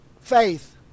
Faith